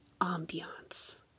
ambiance